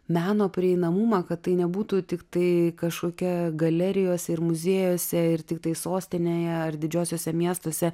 meno prieinamumą kad tai nebūtų tiktai kažkokia galerijose muziejuose ir tiktai sostinėje ar didžiuosiuose miestuose